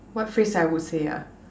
what phrase I would say ah